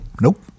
nope